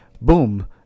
boom